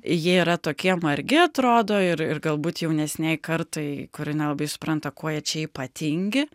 jie yra tokie margi atrodo ir ir galbūt jaunesnei kartai kuri nelabai supranta kuo jie čia ypatingi